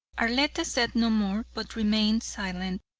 arletta said no more, but remained silent,